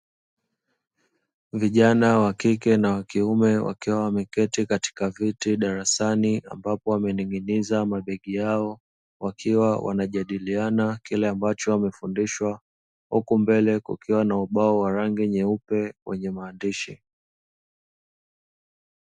Vijana wa kike na wa kiume wakiwa wameketi katika viti darasani ambapo wameninginiza mabegi yao wakiwa wanajadiliana kile ambacho wamefundishwa, huku mbele kukiwa na ubao wa rangi nyeupe wenye maandishi.